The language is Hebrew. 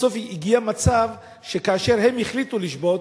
בסוף הגיע מצב שכאשר הן החליטו לשבות,